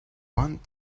want